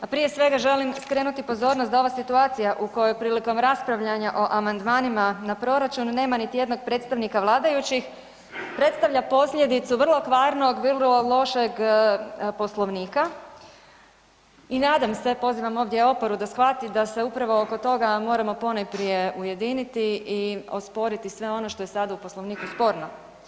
A prije svega želim skrenuti pozornost da ova situacija u kojoj prilikom raspravljanja o amandmanima na proračun nema niti jednog predstavnika vladajućih, predstavlja posljedicu vrlo kvarnog, vrlo lošeg Poslovnika i nadam se, pozivam ovdje oporbu da shvati da se upravo oko toga moramo ponajprije ujediniti i osporiti sve ono što je sad u Poslovniku sporno.